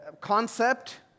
concept